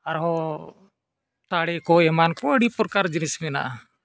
ᱟᱨᱦᱚᱸ ᱛᱟᱞᱮ ᱠᱚ ᱮᱢᱟᱱ ᱠᱚ ᱟᱹᱰᱤ ᱯᱨᱚᱠᱟᱨ ᱡᱤᱱᱤᱥ ᱢᱮᱱᱟᱜᱼᱟ